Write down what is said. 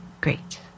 Great